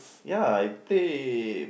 ya I paid